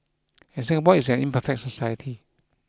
and Singapore is an imperfect society